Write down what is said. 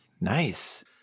Nice